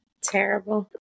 Terrible